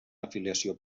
afiliació